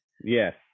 Yes